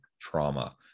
trauma